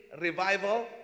revival